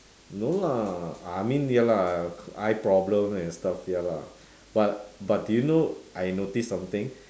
no lah I mean ya lah eye problem and stuff ya lah but but do you know I noticed something